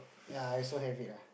yea I also have it ah